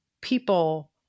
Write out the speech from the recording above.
people